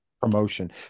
Promotion